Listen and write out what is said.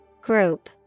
Group